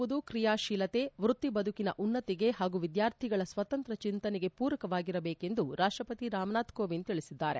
ಶಿಕ್ಷಣ ಎನ್ನುವುದು ಕ್ರಿಯಾಶೀಲತೆ ವೃತ್ತಿ ಬದುಕಿನ ಉನ್ನತಿಗೆ ಹಾಗೂ ವಿದ್ಯಾರ್ಥಿಗಳ ಸ್ವತಂತ್ರ ಚಿಂತನೆಗೆ ಪೂರಕವಾಗಿರಬೇಕು ಎಂದು ರಾಷ್ಟಪತಿ ರಾಮನಾಥ್ ಕೋವಿಂದ್ ತಿಳಿಸಿದ್ದಾರೆ